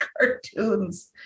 cartoons